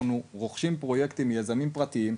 אנחנו רוכשים פרויקטים מיזמים פרטיים,